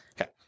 Okay